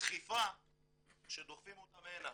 דחיפה שדוחפים אותם הנה,